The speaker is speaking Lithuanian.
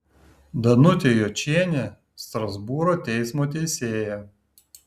danutė jočienė strasbūro teismo teisėja